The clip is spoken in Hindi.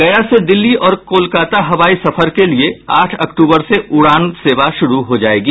गया से दिल्ली और कोलकाता हवाई सफर के लिये आठ अक्टूबर से उड़ान सेवा शुरू हो जायेगी